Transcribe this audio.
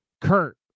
Kurt